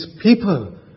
people